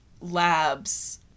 Lab's